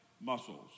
muscles